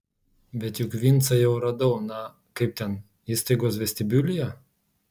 bet juk vincą jau radau na kaip ten įstaigos vestibiulyje